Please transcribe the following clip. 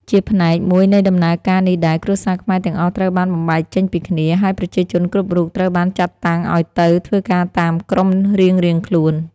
ជាផ្នែក មួយនៃដំណើរការនេះដែរ គ្រួសារខ្មែរទាំងអស់ត្រូវបានបំបែកចេញពីគ្នា ហើយប្រជាជនគ្រប់រូបត្រូវបានចាត់តាំងឱ្យទៅ ធ្វើការតាមក្រុមរៀងៗខ្លួន ។